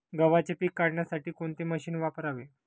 गव्हाचे पीक काढण्यासाठी कोणते मशीन वापरावे?